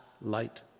light